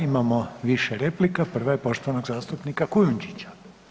Imamo više replika, prva je poštovanog zastupnika Kunjundžića.